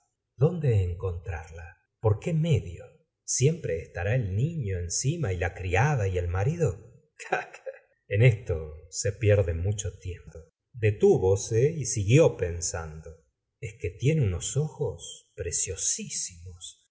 dónde encontrarla por qué medio siempre estará el niño encima y la criada y el marido quiá quiá en esto se pierde mucho tiempo dettivose y siguió pensando es qué tiene unos ojos preciosisimos